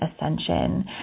ascension